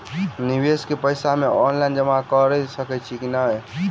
निवेश केँ पैसा मे ऑनलाइन जमा कैर सकै छी नै?